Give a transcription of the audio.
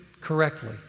correctly